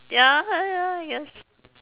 ya ya I guess